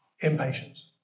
Impatience